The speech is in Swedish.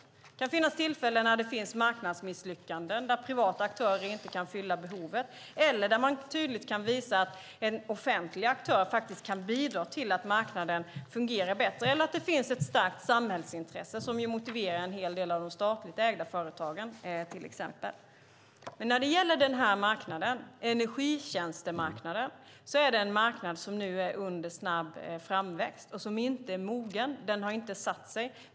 Det kan finnas tillfällen när det finns marknadsmisslyckanden, där privata aktörer inte kan fylla behovet eller där man tydligt kan visa att en offentlig aktör kan bidra till att marknaden fungerar bättre. Det kan också finnas ett starkt samhällsintresse som motiverar en hel del av de statligt ägda företagen, till exempel. Denna energitjänstemarknad är nu under snabb framväxt. Den är inte mogen. Den har inte satt sig.